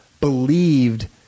believed